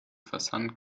versand